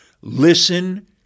listen